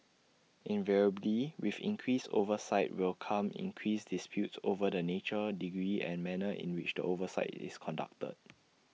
invariably with increased oversight will come increased disputes over the nature degree and manner in which the oversight is conducted